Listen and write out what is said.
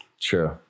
True